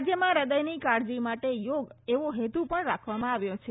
રાજ્યમાં હૃદયની કાળજી માટે યોગ એવો હેતુ પણ રાખવામાં આવ્યો છે